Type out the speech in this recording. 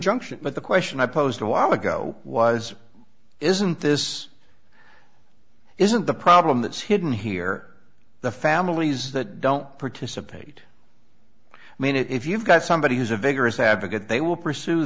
injunction but the question i posed a while ago was isn't this isn't the problem that's hidden here the families that don't participate i mean if you've got somebody who's a vigorous advocate they will pursue